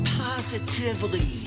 positively